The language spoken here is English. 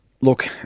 look